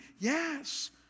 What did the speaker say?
yes